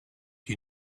you